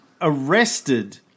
arrested